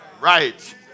Right